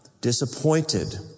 disappointed